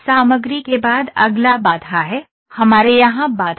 सामग्री के बाद अगला बाधा है हमारे यहां बाधा है